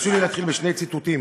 תרשו לי להתחיל בשני ציטוטים.